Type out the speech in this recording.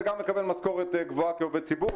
וגם מקבל משכורת גבוהה כעובד ציבור,